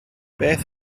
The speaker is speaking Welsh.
beth